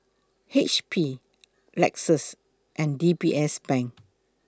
H P Lexus and D B S Bank